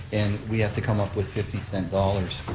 and we have to come up with fifty cent dollars.